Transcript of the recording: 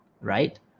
right